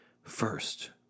First